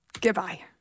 Goodbye